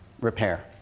repair